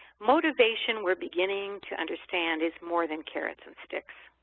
motivation, we're beginning to understand, is more than carrots and sticks.